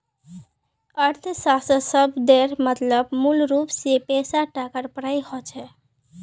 अर्थशाश्त्र शब्देर मतलब मूलरूप से पैसा टकार पढ़ाई होचे